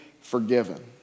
forgiven